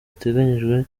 ateganyijwe